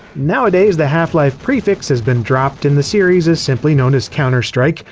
nowadays, the half-life prefix has been dropped and the series is simply known as counter-strike,